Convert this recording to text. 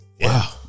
wow